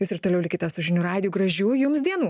jūs ir toliau likite su žinių radiju gražių jums dienų